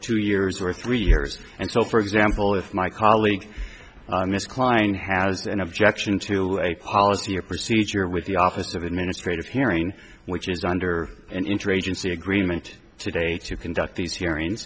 two years or three years and so for example if my colleague mr klein has an objection to a policy or procedure with the office of administrative hearing which is under an interagency agreement today to conduct these hearing